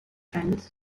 friends